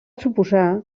suposar